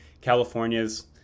California's